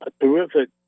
terrific